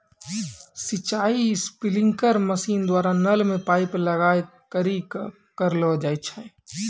सिंचाई sprinkler machine द्वारा नल मे पाइप लगाय करि क करलो जाय छै